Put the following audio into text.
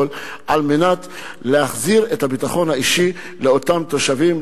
כדי להחזיר את הביטחון האישי לאותם תושבים,